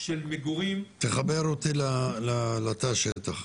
של מגורים --- תחבר אותי לתא השטח.